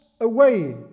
away